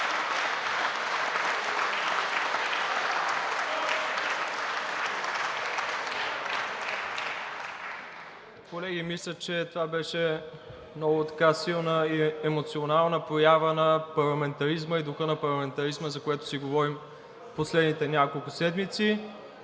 Колеги, мисля, че това беше много силна и емоционална проява на парламентаризма и в духа на парламентаризма, за което си говорим в последните няколко седмици.